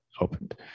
opened